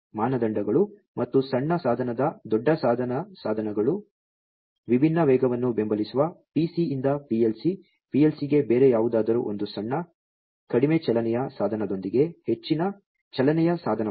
ಮಾನದಂಡಗಳು ಮತ್ತು ಸಣ್ಣ ಸಾಧನದ ದೊಡ್ಡ ಸಾಧನ ಸಾಧನಗಳು ವಿಭಿನ್ನ ವೇಗವನ್ನು ಬೆಂಬಲಿಸುವ PC ಯಿಂದ PLC PLC ಗೆ ಬೇರೆ ಯಾವುದಾದರೂ ಒಂದು ಸಣ್ಣ ಕಡಿಮೆ ಚಲನೆಯ ಸಾಧನದೊಂದಿಗೆ ಹೆಚ್ಚಿನ ಚಲನೆಯ ಸಾಧನವಾಗಿದೆ